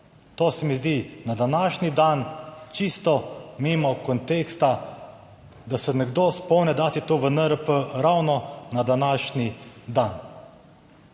To se mi zdi na današnji dan čisto mimo konteksta, da se nekdo spomni dati to v NRP ravno na današnji dan.